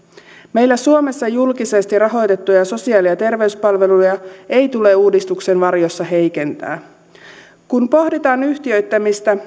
meillä suomessa julkisesti rahoitettuja sosiaali ja terveyspalveluja ei tule uudistuksen varjossa heikentää kun pohditaan yhtiöittämistä